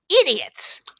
idiots